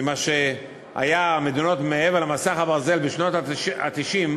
ממה שהיה המדינות מעבר למסך הברזל בשנות ה-90,